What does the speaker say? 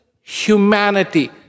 humanity